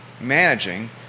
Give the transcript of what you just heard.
managing